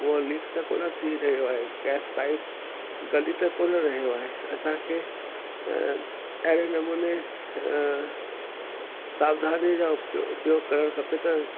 उहो लीक त कोनि थी रहियो आहे गैस पाइप गली त कोनि वियो आहे असांखे अहिड़े नमूने सावधानी सां उपयोग करणु खपे त